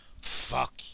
Fuck